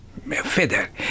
Feather